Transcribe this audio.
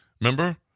Remember